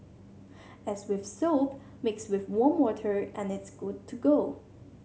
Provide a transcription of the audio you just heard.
as with soap mix with warm water and it's good to go